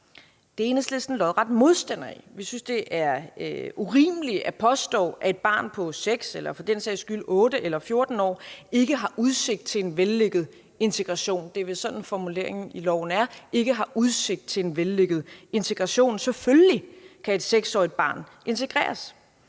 Det er Enhedslisten lodret modstander af. Vi synes, det er urimeligt at påstå, at et barn på 6 år eller for den sags skyld 8 år eller 14 år ikke har udsigt til en vellykket integration. Det er vel sådan, formuleringen i loven er. Selvfølgelig kan et 6-årigt barn integreres.